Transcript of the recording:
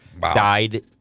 died